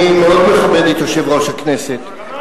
אני מאוד מכבד את יושב-ראש הכנסת,